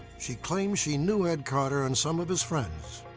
she claims she knew ed carter and some of his friends.